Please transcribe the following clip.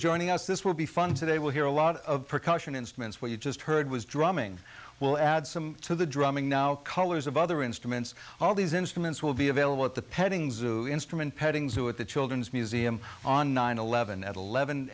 joining us this will be fun today we'll hear a lot of percussion instruments what you just heard was drumming we'll add some to the drumming now colors of other instruments all these instruments will be available at the petting zoo instrument petting zoo at the children's museum on nine hundred and eleven